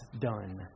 done